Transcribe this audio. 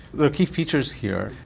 there are key features here,